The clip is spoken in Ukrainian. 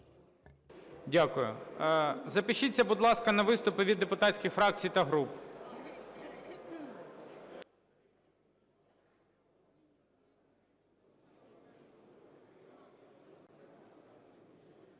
Дякую. Запишіться, будь ласка, на виступи від депутатських фракцій та груп.